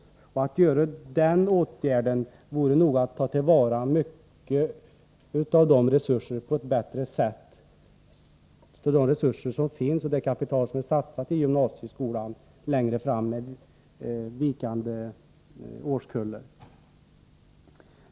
Genom en sådan förskjutning skulle vi längre fram, med vikande årskullar, på ett bättre sätt ta till vara de resurser och det kapital som är satsat i gymnasieskolan.